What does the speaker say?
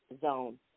zone